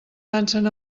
dansen